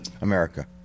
America